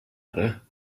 other